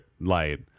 light